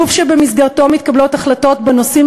גוף שבמסגרתו מתקבלות החלטות בנושאים